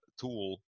tool